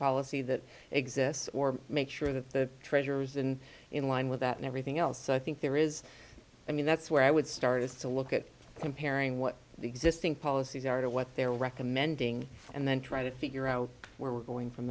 policy that exists or make sure that the treasure is in in line with that and everything else so i think there is i mean that's where i would start is to look at comparing what the existing policies are to what they're recommending and then try to figure out where we're going from